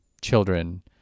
children